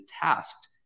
tasked